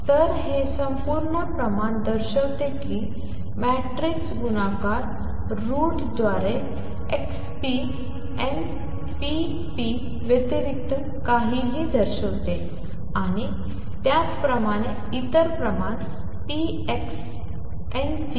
तर हे संपूर्ण प्रमाण दर्शवते कि मॅट्रिक्स गुणाकार रूट द्वारे nn व्यतिरिक्त काहीही दर्शवते आणि त्याचप्रमाणे इतर प्रमाण nn